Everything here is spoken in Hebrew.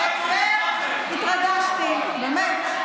התרגשתי, באמת.